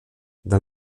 dans